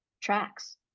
tracks